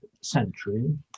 century